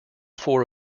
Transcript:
four